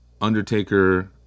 Undertaker